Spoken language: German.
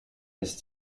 ist